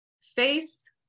face